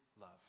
love